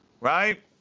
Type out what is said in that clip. right